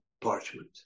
parchment